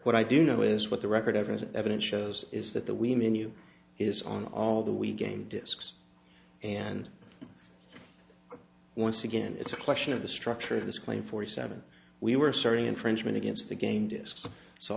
what i do know is what the record of an evidence shows is that the we menu is on all the we game discs and once again it's a question of the structure of this claim forty seven we were asserting infringement against the game disks so